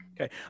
okay